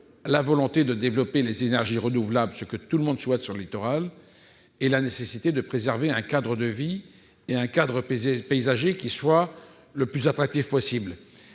la volonté de développer les énergies renouvelables- c'est ce que tout le monde souhaite sur le littoral -et la nécessité de préserver un cadre de vie et un cadre paysager le plus attractif possible.